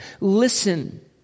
Listen